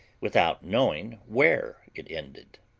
without knowing where it ended.